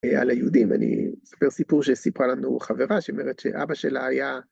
‫על היהודים. אני אספר סיפור ‫שסיפרה לנו חברה שאומרת ‫שאבא שלה היה...